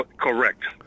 Correct